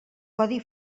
codi